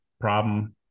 problem